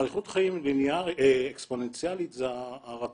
איכות חיים אקספוננציאלית זה הרצון